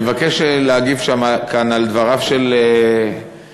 אני מבקש להגיב כאן על דבריו של עמיתי